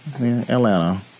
Atlanta